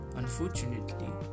unfortunately